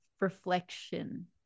reflection